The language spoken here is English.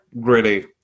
Gritty